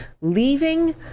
leaving